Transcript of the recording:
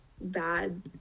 bad